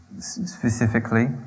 specifically